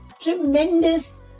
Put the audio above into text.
tremendous